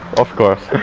of course